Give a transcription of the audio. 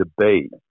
debate